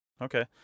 Okay